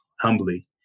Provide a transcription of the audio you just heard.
humbly